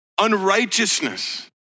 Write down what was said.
unrighteousness